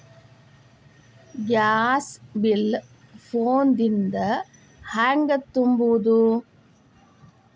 Gas bill phone ದಿಂದ ಹ್ಯಾಂಗ ತುಂಬುವುದು?